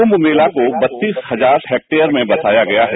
कुम्म मेला को बत्तीस हजार हेक्टेयर में बसाया गया है